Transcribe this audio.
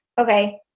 okay